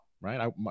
right